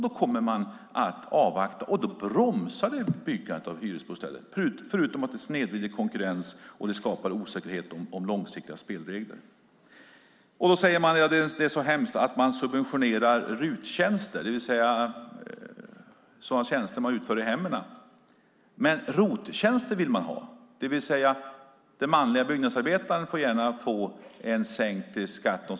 Då kommer man att avvakta, och då bromsar det byggandet av hyresbostäder förutom att det snedvrider konkurrens och det skapas osäkerhet om långsiktiga spelregler. Då säger man att det är så hemskt att vi subventionerar RUT-tjänster, det vill säga tjänster som utförs i hemmen. Men ROT-tjänster vill man ha, det vill säga att de som köper tjänster av den manlige byggnadsarbetaren kan gärna få sänkt skatt.